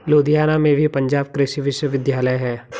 लुधियाना में भी पंजाब कृषि विश्वविद्यालय है